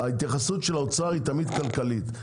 ההתייחסות של האוצר היא תמיד כלכלית.